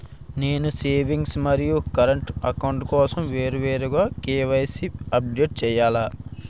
నేను సేవింగ్స్ మరియు current account కోసం వేరువేరుగా కే.వై.సీ అప్డేట్ చేయాలా?